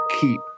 keep